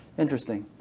interesting.